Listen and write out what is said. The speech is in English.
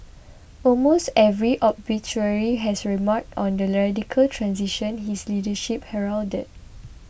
almost every obituary has remarked on the radical transition his leadership heralded